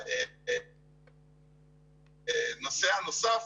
הנושא הנוסף